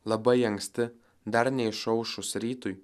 labai anksti dar neišaušus rytui